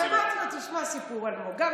אז אמרתי לו: תשמע סיפור, אלמוג.